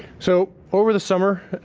so over the summer,